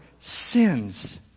sins